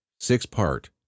six-part